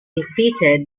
defeated